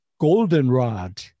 goldenrod